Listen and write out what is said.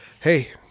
hey